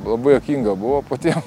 labai juokinga buvo patiem